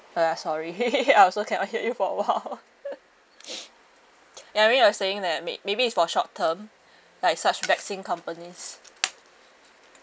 ya sorry I also cannot hear you for awhile ya hearing you are saying that may~ maybe it's for short term like such vaccine companies